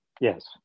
Yes